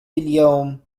اليوم